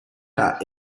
car